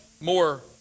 more